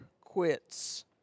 quits